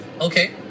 okay